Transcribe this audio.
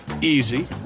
Easy